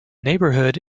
neighborhood